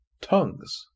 tongues